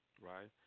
right